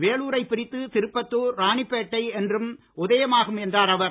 வேலூரை பிரித்து திருப்பத்தூர் ராணிப்பேட்டை என்று உதயமாகும் என்றார் அவர்